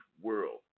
world